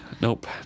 Nope